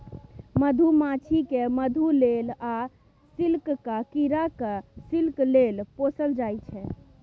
मधुमाछी केँ मधु लेल आ सिल्कक कीरा केँ सिल्क लेल पोसल जाइ छै